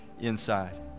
inside